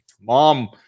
mom